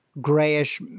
grayish